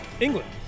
England